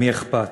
למי אכפת.